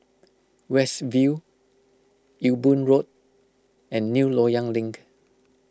West View Ewe Boon Road and New Loyang Link